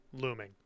looming